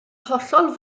hollol